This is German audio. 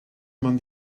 man